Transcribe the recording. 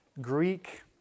Greek